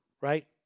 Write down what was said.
Right